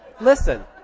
listen